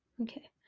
Okay